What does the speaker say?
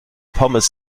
pommes